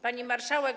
Pani Marszałek!